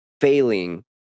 failing